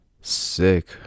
sick